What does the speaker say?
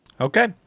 Okay